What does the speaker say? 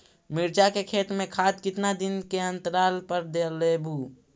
मिरचा के खेत मे खाद कितना दीन के अनतराल पर डालेबु?